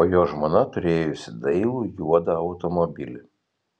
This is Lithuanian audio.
o jo žmona turėjusi dailų juodą automobilį